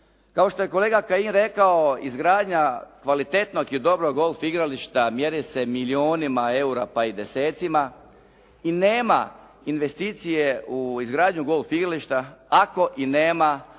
Kao što je kolega Kajin rekao, izgradnja kvalitetnog i dobrog golf igrališta mjeri se milijunima eura pa i desecima i nema investicije u izgradnju golf igrališta ako i nema adekvatnog